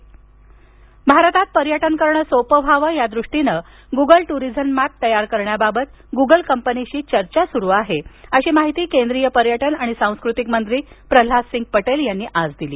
प्रह्नाद सिंग पटेल भारतात पर्यटन करण सोपं व्हावं या दृष्टीनं गुगल टुरिझम मॅप तयार करण्याबाबत गुगल कंपनीशी चर्चा सुरु आहे अशी माहिती केंद्रीय पर्यटन आणि सांस्कृतिक मंत्री प्रह्नादसिंग पटेल यांनी आज दिली